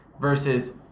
Versus